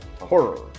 Horror